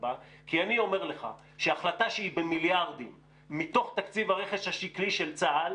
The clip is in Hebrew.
בה כי החלטה שהיא במיליארדים מתוך תקציב הרכש השקלי של צה"ל,